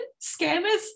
scammers